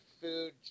food